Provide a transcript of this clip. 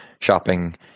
shopping